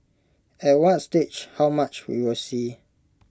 at what stage how much we will see